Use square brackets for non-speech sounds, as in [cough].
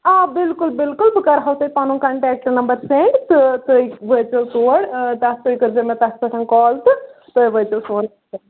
آ بِلکُل بِلکُل بہٕ کَرہو تۄہہِ پَنُن کَنٹیکٹ نَمبَر سٮ۪نٛڈ تہٕ تُہۍ وٲتۍ زیو تور تَتھ پٮ۪ٹھ کٔرۍ زیو مےٚ تَتھ پٮ۪ٹھ کال تہٕ تُہۍ وٲتۍ زیو سون [unintelligible]